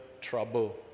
trouble